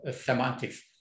semantics